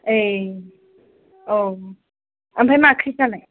ए औ ओमफ्राय माख्रिफ्रालाय